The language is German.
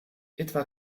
etwa